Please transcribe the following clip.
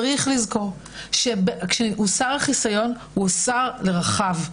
צריך לזכור שכאשר הוסר החיסיון, הוא הוסר לרחב.